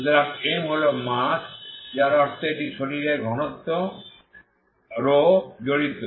সুতরাং m হল mass যার অর্থ এটি শরীরের ঘনত্ব ρ জড়িত